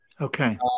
Okay